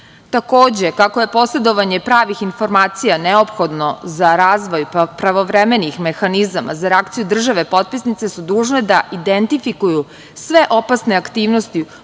udesa. Takođe, kako je posedovanje pravih informacija neophodno za razvoj pravovremenih mehanizama za reakciju države, potpisnice su dužne da identifikuju sve opasne aktivnosti u